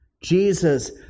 Jesus